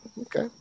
Okay